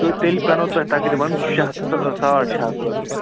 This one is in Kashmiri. تہٕ تیٚلہِ پٮ۪نو تۄہہِ تقریٖباً شےٚ ہَتھ ساڑ شےٚ ہَتھ رۄپیہِ